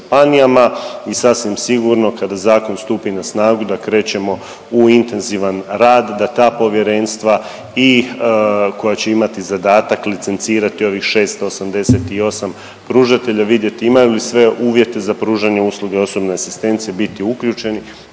i sasvim sigurno kada zakon stupi na snagu da krećemo u intenzivan rad da ta povjerenstva i koja će imati zadatak licencirati ovih 688 pružatelja vidjeti imaju li sve uvjete za pružanje usluge osobne asistencije, biti uključeni